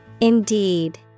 Indeed